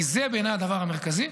כי זה בעיניי הדבר המרכזי.